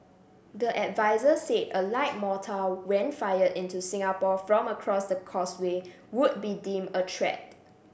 the adviser said a light mortar when fired into Singapore from across the Causeway would be deem a threat